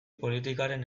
politikaren